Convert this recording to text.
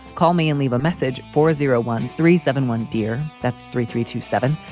call me and leave a message for zero one three seven one, dear. that's three three to seven.